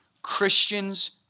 Christians